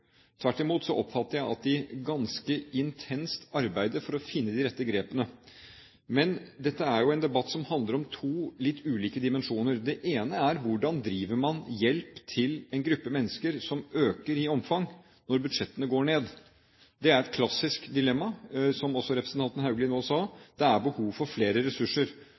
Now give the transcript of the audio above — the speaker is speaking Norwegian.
Tvert imot oppfatter jeg at de ganske intenst arbeider for å finne de rette grepene. Men dette er jo en debatt som handler om to litt ulike dimensjoner. Det ene er: Hvordan driver man hjelp til en gruppe mennesker som øker i omfang, når budsjettene går ned? Det er et klassisk dilemma, som også representanten Haugli nå sa, det er behov for flere ressurser.